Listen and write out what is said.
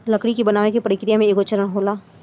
लकड़ी के बनावे के प्रक्रिया में एगो चरण होला